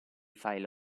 file